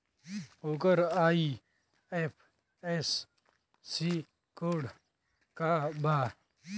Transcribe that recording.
ओकर IFSC code का बा?